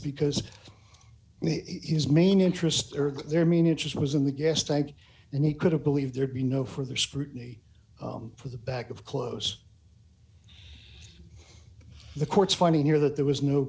because his main interest their main interest was in the gas tank and he could have believed there be no further scrutiny for the back of clothes the courts finding here that there was no